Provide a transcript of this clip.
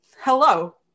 Hello